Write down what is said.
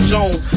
Jones